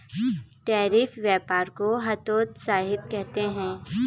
tariff व्यापार को हतोत्साहित करते हैं